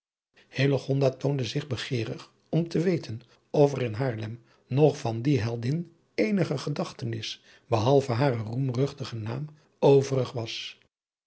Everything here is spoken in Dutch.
toonde zich begeerig om te weten of er in haarlem nog van die heldin eenige gedachtenis behalve haren roemruchtigen naam overig was